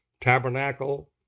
tabernacle